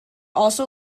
also